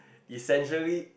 essentially